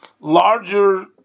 larger